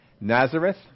Nazareth